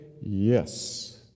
Yes